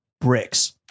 bricks